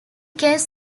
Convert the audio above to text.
case